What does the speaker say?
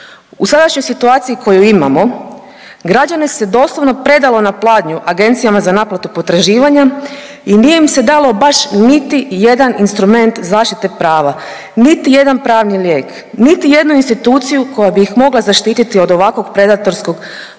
U sadašnjoj situaciji koju imamo građane se doslovno predalo na pladnju agencijama za naplatu potraživanja i nije im se dalo baš niti jedan instrument zaštite prava, niti jedan pravni lijek, niti jednu instituciju koja bi ih mogla zaštiti od ovakvog predatorskog